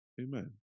Amen